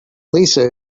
lisa